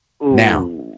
Now